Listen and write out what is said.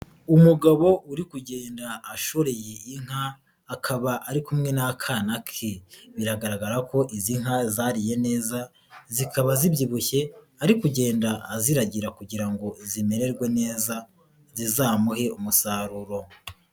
Umugabo uri kugenda ashoreye iyi inka akaba ari kumwe n'akana ke, biragaragara ko izi nka zariye neza zikaba zibyibushye ari kugenda aziragira kugira ngo zimererwe neza zizamuhe umusaruro.